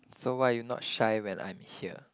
so why are you not shy when I'm here